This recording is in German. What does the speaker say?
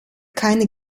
keine